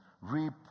reap